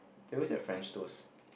they always have French toast